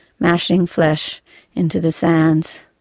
mashing flesh into the sands.